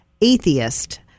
atheist